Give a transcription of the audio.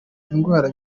indwara